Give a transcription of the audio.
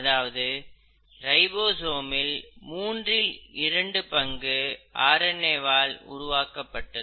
அதாவது ரைபோசோம் இல் மூன்றில் இரண்டு பங்கு ஆர்என்ஏ வால் உருவாக்கப்பட்டது